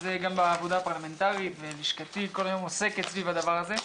זה גם בעבודה הפרלמנטרית ולשכתי כל היום עוסקת סביב הדבר הזה.